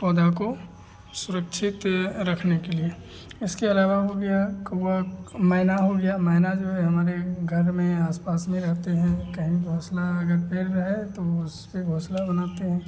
पौधा को सुरक्षित रखने के लिए इसके अलावा हो गया कौवा मैना हो गया मैना जो है हमारे घर में या आसपास में रहते हैं कहीं घोंसला अगर पेड़ रहे तो वह उसपर घोंसला बनाते हैं